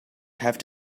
have